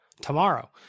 tomorrow